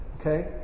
Okay